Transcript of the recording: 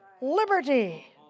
liberty